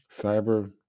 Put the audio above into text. Cyber